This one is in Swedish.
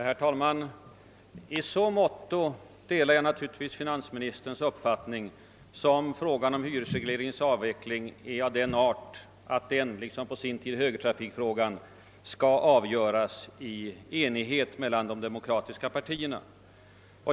Herr talman! I så måtto delar jag naturligtvis finansministerns uppfattning som att frågan om hyresregleringens avveckling är av sådan art att den liksom på sin tid högertrafikfrågan bör avgöras i enighet mellan de demokratiska partierna.